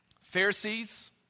Pharisees